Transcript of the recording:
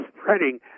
spreading